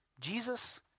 Jesus